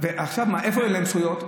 עכשיו מה, איפה אין להם זכויות?